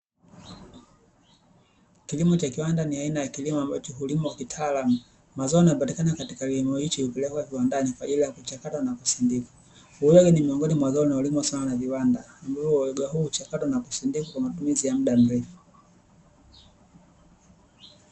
Kilimo cha kiwanda ni aina ya kilimo ambacho hulimwa kitaalamu. Mazao yanayopatikana katika kilimo hiki hupelekwa kiwandani kwa ajili ya kuchakatwa na kusindikwa, uyoga ni miongoni mwa zao linalolimwa sana na viwanda ambao uyoga huu uchakatwa na kusindikwa kwa matumizi ya mda mrefu.